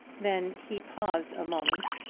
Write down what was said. then he paused a moment.